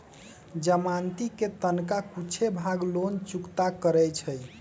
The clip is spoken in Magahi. जमानती कें तनका कुछे भाग लोन चुक्ता करै छइ